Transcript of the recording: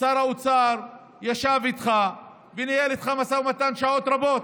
שר האוצר ישב איתך וניהל משא ומתן שעות רבות.